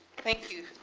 thank you.